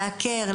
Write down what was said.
לעקר,